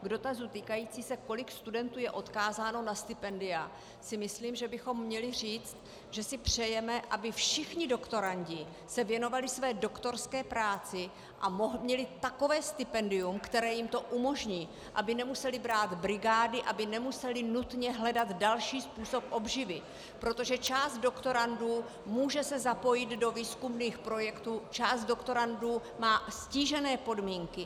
K dotazu týkajícímu se, kolik studentů je odkázáno na stipendia, si myslím, že bychom měli říct, že si přejeme, aby se všichni doktorandi věnovali své doktorské práci a měli takové stipendium, které jim to umožní, aby nemuseli brát brigády, aby nemuseli nutně hledat další způsob obživy, protože část doktorandů se může zapojit do výzkumných projektů, část doktorandů má ztížené podmínky.